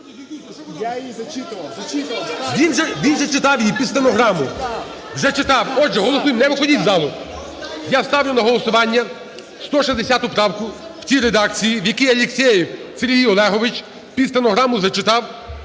Він зачитав її під стенограму. Вже читав. Отже, голосуємо, не виходіть із залу. Я ставлю на голосування 160 правку в тій редакції, якій Алєксєєв Сергій Олегович під стенограму зачитав.